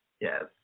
Yes